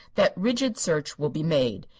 that rigid search will be made.